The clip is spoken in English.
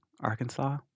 Arkansas